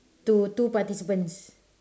to two participants